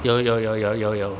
有有有有有有